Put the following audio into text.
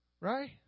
Right